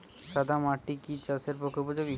সাদা মাটি কি চাষের পক্ষে উপযোগী?